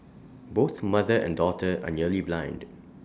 both mother and daughter are nearly blind